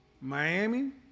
Miami